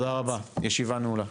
תודה רבה, הישיבה נעולה.